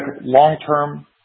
long-term